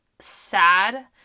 sad